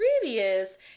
previous